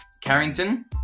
Carrington